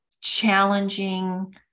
challenging